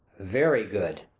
very good!